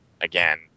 again